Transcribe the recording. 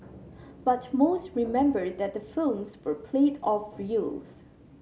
but most remember that the films were played off reels